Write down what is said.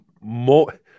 more